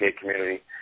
community